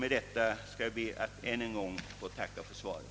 Med detta ber jag att än en gång få tacka för svaret.